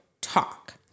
talk